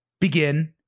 begin